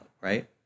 right